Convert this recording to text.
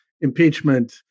impeachment